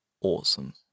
Awesome